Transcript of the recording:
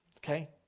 Okay